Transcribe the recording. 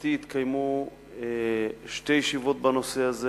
בלשכתי התקיימו שתי ישיבות בנושא הזה,